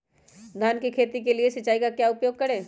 धान की खेती के लिए सिंचाई का क्या उपयोग करें?